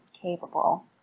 capable